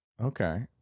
Okay